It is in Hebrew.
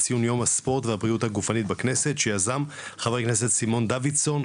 לציון יום הספורט והבריאות בכנסת שיזם חבר הכנסת סימון דוידסון,